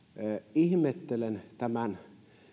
ihmettelen